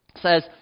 says